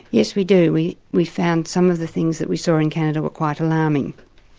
yes we do. we we found some of the things that we saw in canada were quite alarming.